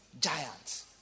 giants